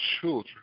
children